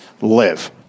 live